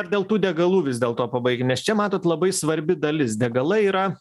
dėl tų degalų vis dėlto pabaikim nes čia matot labai svarbi dalis degalai yra